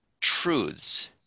truths